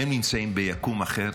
אתם נמצאים ביקום אחר?